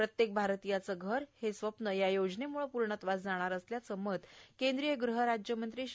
प्रत्येक भारतीयांचे घर हे स्वप्न या योजनेमुळे पुर्णत्वास जाणार असल्याचे मत केंद्रीय गृहराज्यमंत्री श्री